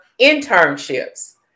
internships